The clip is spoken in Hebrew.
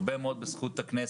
הרבה מאוד בזכות הכנסת,